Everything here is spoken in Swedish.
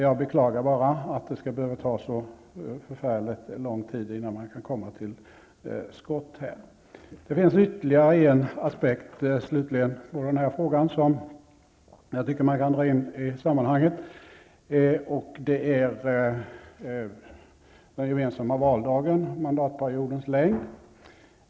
Jag beklagar bara att det skall ta så förfärligt lång tid innan man kommer till skott. Slutligen finns det ytterligare en aspekt på frågan som kan tas med i sammanhanget, nämligen den gemensamma valdagen och mandatperiodens längd.